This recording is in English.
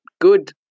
good